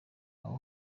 aho